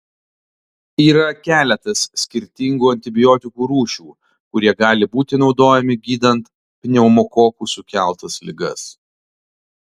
yra keletas skirtingų antibiotikų rūšių kurie gali būti naudojami gydant pneumokokų sukeltas ligas